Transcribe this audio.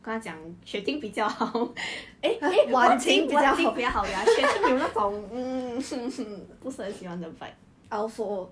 跟她讲 xue ting 比较好 eh eh wan qing 比较好 ya xue ting 有那种 mm 不是很喜欢的 vibe